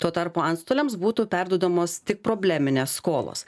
tuo tarpu antstoliams būtų perduodamos tik probleminės skolos